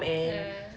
ah